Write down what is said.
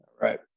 Right